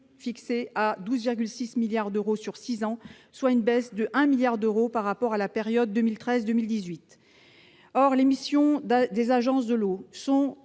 fixé à 12,6 milliards d'euros sur six ans, soit une baisse de 1 milliard d'euros par rapport à la période 2013-2018. Les missions des agences de l'eau sont